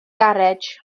garej